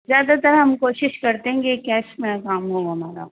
زیادہ تر ہم کوشش کرتے ہیں کہ کیش میں کام ہو ہمارا